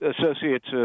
associates